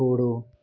छोड़ो